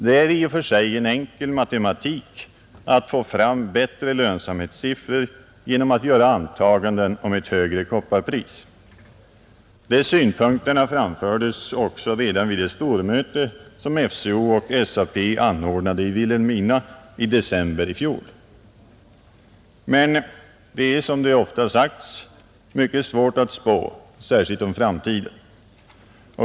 Det är i och för sig en enkel matematik att få fram bättre lönsamhetssiffror genom att göra antaganden om ett högre kopparpris. De synpunkterna fördes också fram redan vid det stormöte som FCO och SAP anordnade i Vilhelmina i december i fjol. Men det är som det ofta har sagts mycket svårt att spå — särskilt om framtiden.